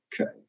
Okay